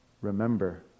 remember